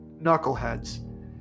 knuckleheads